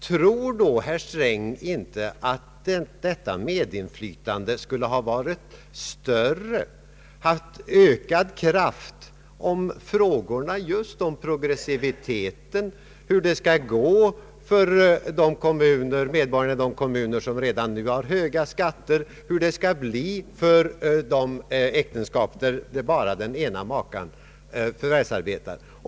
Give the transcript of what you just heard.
Tror då inte herr Sträng att detta medinflytande skulle ha varit större och haft ökad kraft, om frågorna just om progressiviteten, hur det skall gå för medborgarna i de kommuner som redan nu har höga skatter och hur det skall bli för de äktenskap där bara den ene maken förvärvsarbetar hade tagits med i informationen?